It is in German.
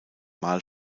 mal